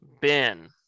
Ben